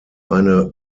eine